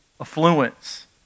affluence